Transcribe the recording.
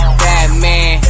batman